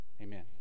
Amen